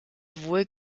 wohl